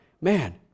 man